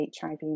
HIV